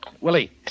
Willie